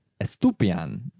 Estupian